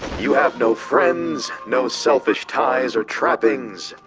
you have no friends, no selfish ties or trappings.